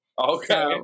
Okay